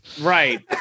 Right